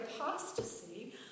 apostasy